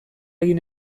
egin